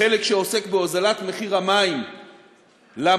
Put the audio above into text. החלק שעוסק בהורדת מחיר המים למגזר